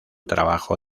trabajo